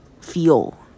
feel